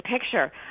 picture